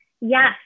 Yes